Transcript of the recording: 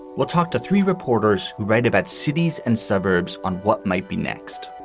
we'll talk to three reporters who write about cities and suburbs on what might be next.